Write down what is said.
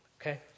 Okay